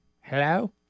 Hello